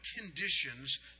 conditions